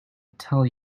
tell